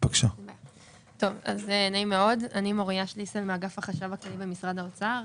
אני מאגף החשב הכללי במשרד האוצר,